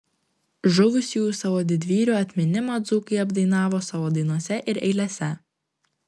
žuvusiųjų savo didvyrių atminimą dzūkai apdainavo savo dainose ir eilėse